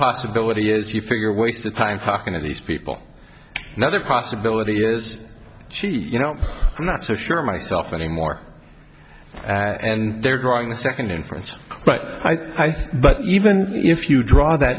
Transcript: possibility is you figure waste of time talking to these people another possibility is she you know i'm not so sure myself anymore and they're drawing a second inference but i think but even if you draw that